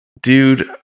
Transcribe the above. dude